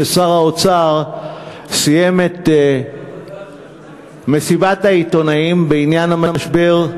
ששר האוצר סיים את מסיבת העיתונאים בעניין המשבר,